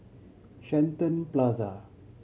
Shenton Plaza